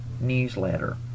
newsletter